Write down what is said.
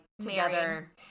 together